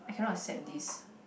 I cannot accept this